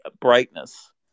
brightness